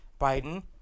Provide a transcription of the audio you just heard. Biden